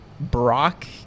Brock